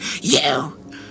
You